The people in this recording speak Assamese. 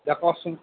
দে ক'চোন